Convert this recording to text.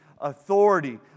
authority